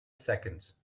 seconds